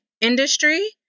industry